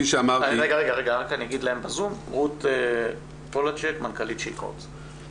רות פולצ'ק מנכ"לית she coeds.